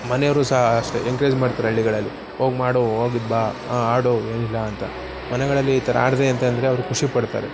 ಮನೆಯವ್ರೂ ಸಹ ಅಷ್ಟೇ ಎನ್ಕರೇಜ್ ಮಾಡ್ತಾರೆ ಹಳ್ಳಿಗಳಲ್ಲಿ ಹೋಗಿ ಮಾಡು ಹೋಗಿದ್ದು ಬಾ ಹಾಂ ಆಡು ಏನಿಲ್ಲ ಅಂತ ಮನೆಗಳಲ್ಲಿ ಈ ಥರ ಆಡಿದೆ ಅಂತ ಅಂದ್ರೆ ಅವರು ಖುಷಿಪಡ್ತಾರೆ